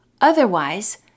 Otherwise